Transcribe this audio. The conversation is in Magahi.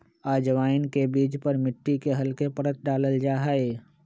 अजवाइन के बीज पर मिट्टी के हल्के परत डाल्ल जाहई